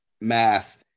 math